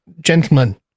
Gentlemen